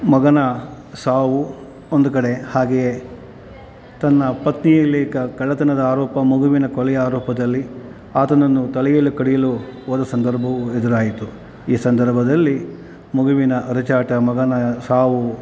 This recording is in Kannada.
ಮಗನ ಸಾವು ಒಂದು ಕಡೆ ಹಾಗೆಯೇ ತನ್ನ ಪತ್ನಿಯಲ್ಲಿ ಕಳ್ಳತನದ ಆರೋಪ ಮಗುವಿನ ಕೊಲೆ ಆರೋಪದಲ್ಲಿ ಆತನನ್ನು ತಲೆಯಲು ಕಡಿಯಲು ಹೋದ ಸಂದರ್ಭವು ಎದುರಾಯಿತು ಈ ಸಂದರ್ಭದಲ್ಲಿ ಮಗುವಿನ ಅರಚಾಟ ಮಗನ ಸಾವು